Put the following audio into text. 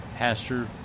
Pastor